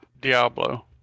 Diablo